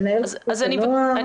מנהל חסות הנוער,